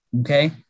Okay